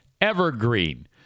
evergreen